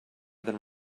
than